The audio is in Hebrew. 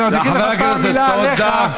חבר הכנסת, תודה.